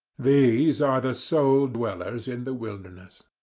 these are the sole dwellers in the wilderness.